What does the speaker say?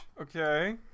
Okay